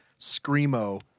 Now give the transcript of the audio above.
Screamo